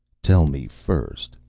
tell me first.